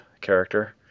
character